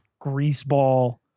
greaseball